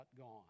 gone